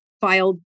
filed